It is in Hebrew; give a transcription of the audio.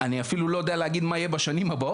אני אפילו לא יודע להגיד מה יהיה בשנים הבאות.